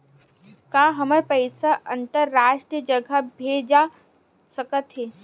का हमर पईसा अंतरराष्ट्रीय जगह भेजा सकत हे?